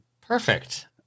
perfect